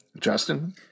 Justin